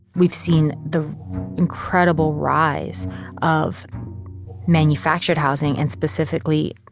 we've seen the incredible rise of manufactured housing, and specifically,